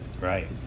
right